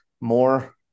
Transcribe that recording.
more